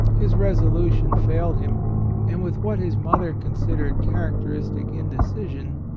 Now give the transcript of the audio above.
his resolution failed him and, with what his mother considered characteristic indecision,